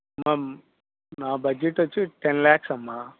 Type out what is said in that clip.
నా బడ్జెట్ వచ్చి టెన్ లాక్స్ అమ్మా